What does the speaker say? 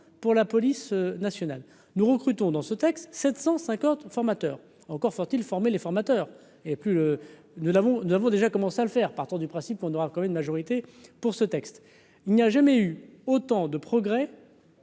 pour la police nationale, nous recrutons dans ce texte, 750 formateurs, encore faut-il former les formateurs et plus nous l'avons nous avons déjà commencé à le faire partir du principe qu'on aura quand même une majorité pour ce texte, il n'y a jamais eu autant de progrès.